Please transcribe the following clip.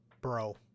bro